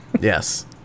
Yes